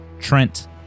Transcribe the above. Trent